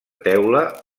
teula